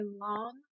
long